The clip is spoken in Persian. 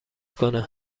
کنه